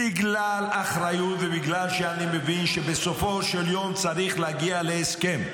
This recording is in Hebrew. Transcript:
בגלל האחריות ובגלל שאני מבין שבסופו של יום צריך להגיע להסכם,